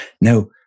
Now